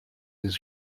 his